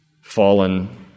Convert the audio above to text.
fallen